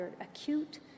acute